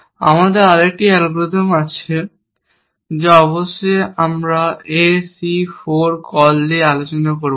আমাদের আরেকটি অ্যালগরিদম আছে যা অবশ্যই আমরা A C 4 কল নিয়ে আলোচনা করব না